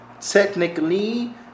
technically